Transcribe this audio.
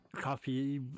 Coffee